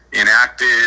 enacted